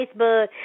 Facebook